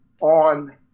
on